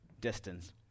distance